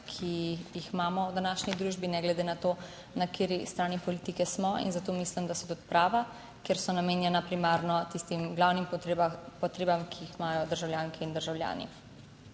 ki jih imamo v današnji družbi, ne glede na to, na kateri strani politike smo in zato mislim, da so tudi prava, ker so namenjena primarno tistim glavnim potrebam, ki jih imajo državljanke in državljani.